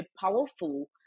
powerful